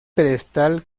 pedestal